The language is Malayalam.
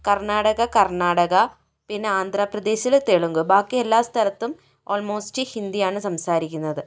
കർണാടക കർണാടക പിന്നെ ആന്ധ്രാപ്രദേശിൽ തെലുങ്ക് ബാക്കിയെല്ലാ സ്ഥലത്തും ഓൾമോസ്റ്റ് ഹിന്ദിയാണ് സംസാരിക്കുന്നത്